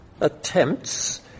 attempts